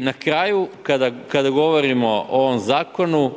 na kraju kada govorimo o ovom zakonu